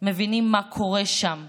מבינים מה קורה שם,